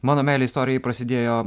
mano meilė istorijai prasidėjo